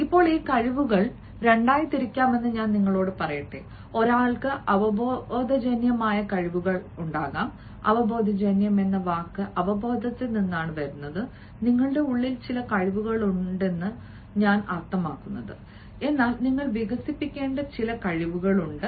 ഇപ്പോൾ ഈ കഴിവുകൾ 2 ആയി തിരിക്കാമെന്ന് ഞാൻ നിങ്ങളോട് പറയട്ടെ ഒരാൾക്ക് അവബോധജന്യമായ കഴിവുകൾ ആകാം അവബോധജന്യം എന്ന വാക്ക് അവബോധത്തിൽ നിന്നാണ് നിങ്ങളുടെ ഉള്ളിൽ ചില കഴിവുകളുണ്ടെന്നാണ് ഞാൻ അർത്ഥമാക്കുന്നത് എന്നാൽ നിങ്ങൾ വികസിപ്പിക്കേണ്ട ചില കഴിവുകളുണ്ട്